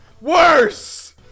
WORSE